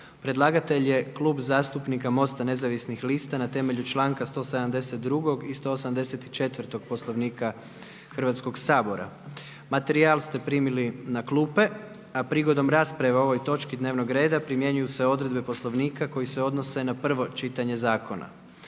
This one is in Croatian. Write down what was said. Predlagatelj je Klub zastupnika MOST-a Nezavisnih lista na temelju članka 172. i 184. Poslovnika Hrvatskog sabora. Materijal ste primili na klupe, a prigodom rasprave o ovoj točki dnevnog reda primjenjuju se odredbe Poslovnika koje se odnose na prvo čitanje zakona.